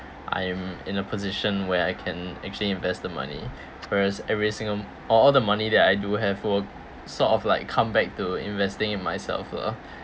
I am in a position where I can actually invest the money first everything um all all the money that I do have would sort of like come back to investing in myself lah